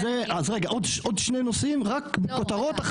אז רגע, עוד שני נושאים רק כותרות.